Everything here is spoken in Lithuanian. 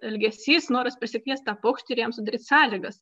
elgesys noras pasikviesti tą paukštį ir jam sudaryt sąlygas